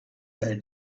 their